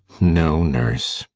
no, nurse,